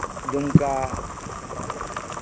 ᱫᱩᱢᱠᱟ